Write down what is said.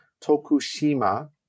Tokushima